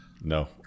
No